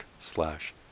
slash